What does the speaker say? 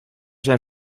zijn